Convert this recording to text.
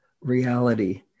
reality